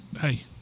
Hey